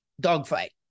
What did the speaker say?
dogfight